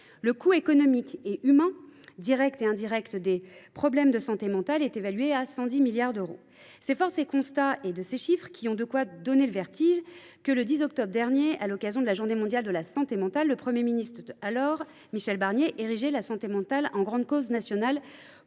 Le coût économique et humain direct et indirect des problèmes de santé mentale est évalué à 110 milliards d’euros. C’est fort de ces constats et de ces chiffres, qui ont de quoi donner le vertige, que, le 10 octobre dernier, à l’occasion de la Journée mondiale de la santé mentale, le Premier ministre Michel Barnier érigeait la santé mentale grande cause nationale